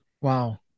Wow